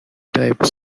type